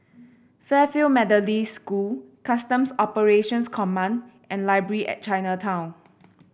Fairfield Methodist School Customs Operations Command and Library at Chinatown